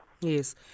Yes